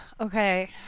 Okay